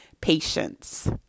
patience